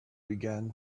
began